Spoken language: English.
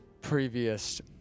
previous